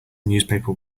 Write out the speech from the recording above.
newspaper